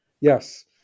yes